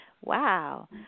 Wow